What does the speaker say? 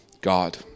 God